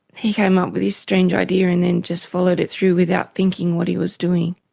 he came up with this strange idea and then just followed it through without thinking what he was doing.